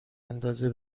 اندازه